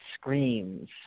screams